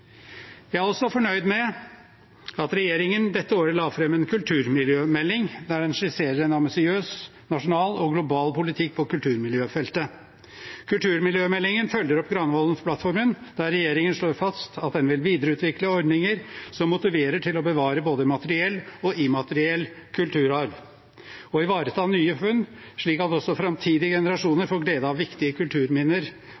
Jeg er også fornøyd med at regjeringen dette året la fram en kulturmiljømelding der den skisserer en ambisiøs nasjonal og global politikk på kulturmiljøfeltet. Kulturmiljømeldingen følger opp Granavolden-plattformen, der regjeringen slår fast at den vil videreutvikle ordninger som motiverer til å bevare både materiell og immateriell kulturarv, og ivareta nye funn slik at også framtidige